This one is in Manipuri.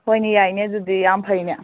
ꯍꯣꯏꯅꯦ ꯌꯥꯏꯅꯦ ꯑꯗꯨꯗꯤ ꯌꯥꯝ ꯐꯩꯅꯦ